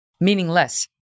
meaningless